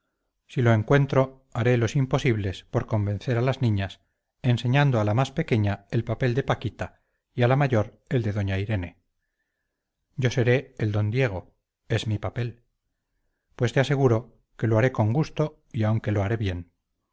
si lo encuentro haré los imposibles por convencer a las niñas enseñando a la más pequeña el papel de paquita y a la mayor el de doña irene yo seré el don diego es mi papel pues te aseguro que lo haré con gusto y aun que lo haré bien